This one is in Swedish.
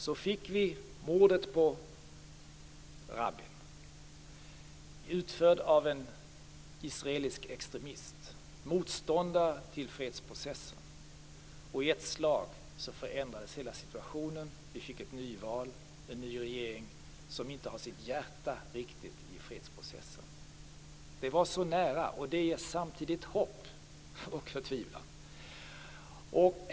Sedan skedde mordet på Rabbin, utfört av en israelisk extremist och motståndare till fredsprocessen. I ett slag förändrades hela situationen. Det blev ett nyval och en ny regering som inte riktigt har sitt hjärta i fredsprocessen. Freden var så nära, och det inger samtidigt hopp och förtvivlan.